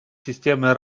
системы